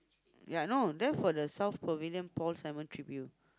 ya no then for the South Pavilion Paul-Simon Tribute